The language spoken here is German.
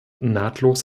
nahtlos